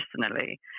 personally